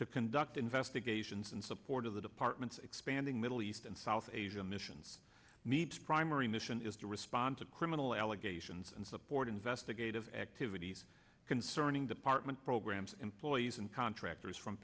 to conduct investigations in support of the department's expanding middle east and south asia missions need primary mission is to respond to criminal allegations and support investigative activities concerning department programs employees and contractors from